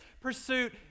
pursuit